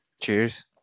Cheers